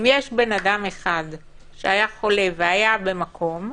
אם יש אדם אחד שהיה חולה, והיה במקום,